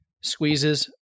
squeezes